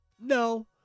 no